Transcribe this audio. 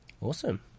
Awesome